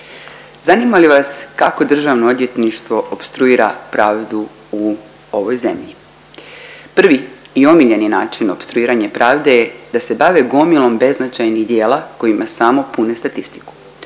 Zanima li vas kako državno odvjetništvo opstruira pravdu u ovoj zemlji? Prvi i omiljeni način opstruiranja pravde je da se bave gomilom beznačajnih dijela kojima samo pune statistiku.